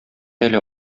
әле